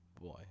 Boy